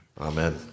Amen